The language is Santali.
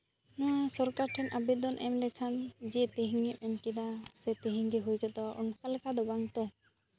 ᱥᱚᱨᱠᱟᱨ ᱴᱷᱮᱱ ᱟᱵᱮᱫᱚᱱ ᱮᱢ ᱞᱮᱠᱷᱟᱱ ᱡᱮ ᱛᱮᱦᱮᱧ ᱮᱢ ᱮᱢ ᱠᱮᱫᱟ ᱥᱮ ᱛᱮᱦᱮᱧ ᱜᱮ ᱦᱩᱭ ᱜᱚᱫᱚᱜᱼᱟ ᱚᱱᱠᱟ ᱞᱮᱠᱟ ᱫᱚ ᱵᱟᱝ ᱛᱚ